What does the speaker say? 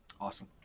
Awesome